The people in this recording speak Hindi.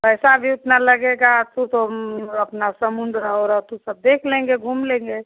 पैसा अब जो इतना लगेगा सो तुम अपना समुन्द्र और अथु सब देख लेंगे घूम लेंगे